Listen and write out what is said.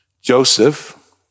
Joseph